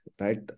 right